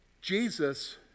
Jesus